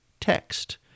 text